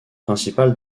principal